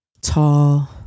tall